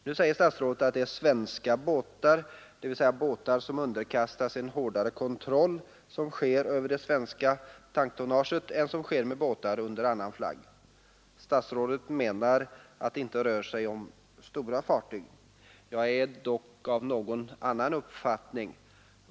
Nu säger statsrådet att det är fråga om svenska båtar, dvs. båtar som underkastats den hårdare kontroll som sker med det svenska tanktonnaget än som sker med båtar under annan flagg. Statsrådet menar att det inte rör sig om stora fartyg. Jag är dock av annan uppfattning.